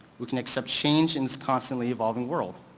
we can accept change in this constantly evolving world.